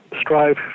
strive